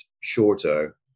shorter